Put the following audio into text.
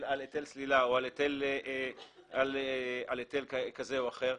על היטל סלילה או על היטל כזה או אחר,